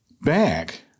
Back